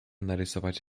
narysować